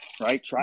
right